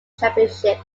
championship